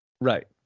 Right